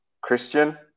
Christian